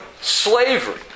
slavery